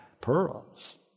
pearls